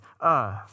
earth